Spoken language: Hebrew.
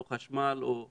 או חשמל או גז.